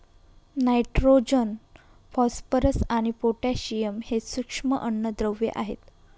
nitrogen, phosphorus आणि potassium हे सूक्ष्म अन्नद्रव्ये आहेत